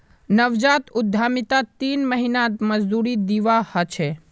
नवजात उद्यमितात तीन महीनात मजदूरी दीवा ह छे